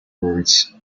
words